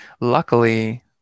luckily